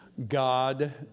God